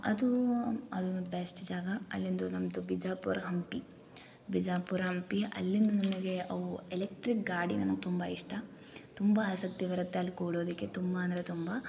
ಅದು ಅಮ್ ಅಲ್ಲು ಬೆಸ್ಟ್ ಜಾಗ ಅಲ್ಲಿಂದು ನಮ್ದು ಬಿಜಾಪುರ ಹಂಪಿ ಬಿಜಾಪುರ ಹಂಪಿ ಅಲ್ಲಿಂದ ನನಗೆ ಅವು ಎಲಿಟ್ರಿಕ್ ಗಾಡಿ ನಮಗೆ ತುಂಬ ಇಷ್ಟ ತುಂಬ ಆಸಕ್ತಿ ಬರುತ್ತೆ ಅಲ್ಲಿ ಕುಳೋದಕ್ಕೆ ತುಂಬ ಅಂದರೆ ತುಂಬ